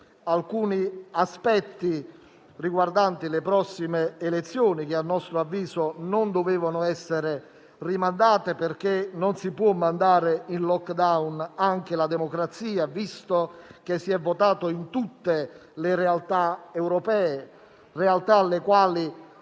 alcuni aspetti riguardanti le prossime elezioni che, a nostro avviso, non avrebbero dovuto essere rimandate. Non si può, infatti, mandare in *lockdown* anche la democrazia, visto che si è votato in tutte le realtà europee; realtà alle quali